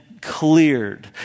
Cleared